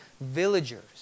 villagers